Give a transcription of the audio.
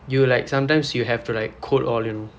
you like sometimes you have to like code all you know